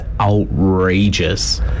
outrageous